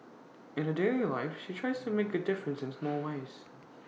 in her daily life she tries to make A difference in small ways